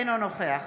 אינו נוכח